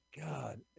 god